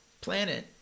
planet